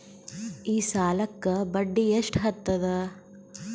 ಈ ಸಾಲಕ್ಕ ಬಡ್ಡಿ ಎಷ್ಟ ಹತ್ತದ?